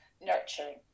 nurturing